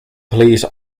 police